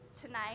tonight